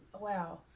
wow